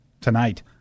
Tonight